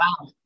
Wow